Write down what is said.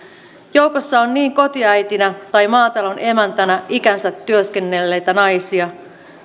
joukossa on niin kotiäitinä tai maatalonemäntänä ikänsä työskennelleitä naisia